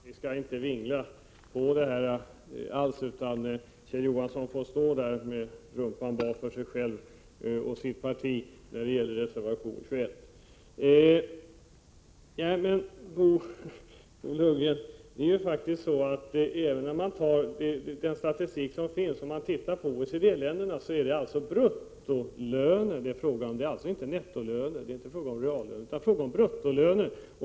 Fru talman! Jag kan lova Kjell Johansson att vi inte alls skall vingla. Kjell Johansson får stå där med rumpan bak för sig själv och sitt parti när det gäller reservation 21. Till Bo Lundgren: Den statistik som finns för OECD-länderna gäller bruttolöner, alltså inte nettolöner eller reallöner.